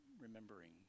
remembering